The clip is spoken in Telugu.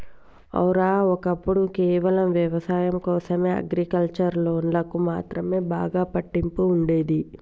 ఔర, ఒక్కప్పుడు కేవలం వ్యవసాయం కోసం అగ్రికల్చర్ లోన్లకు మాత్రమే బాగా పట్టింపు ఉండేది